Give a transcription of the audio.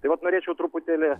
tai vat norėčiau truputėlį